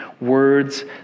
words